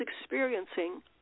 experiencing